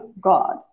god